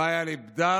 לא היה לי בדל,